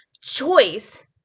choice